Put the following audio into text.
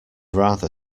rather